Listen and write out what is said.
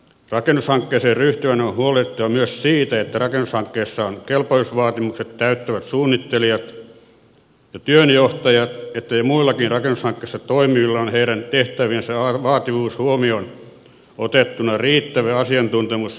rakennushankkeeseen ryhtyvän on huolehdittava myös siitä että rakennushankkeessa on kelpoisuusvaatimukset täyttävät suunnittelijat ja työnjohtajat ja että muillakin rakennushankkeessa toimivilla on heidän tehtäviensä vaativuus huomioon otettuna riittävä asiantuntemus ja ammattitaito